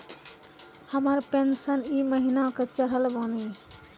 हमर पेंशन ई महीने के चढ़लऽ बानी?